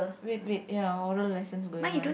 wait wait ya oral lessons going on